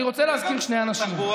אני רוצה להזכיר שני אנשים.